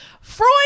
Freud